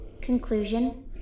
conclusion